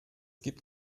gibt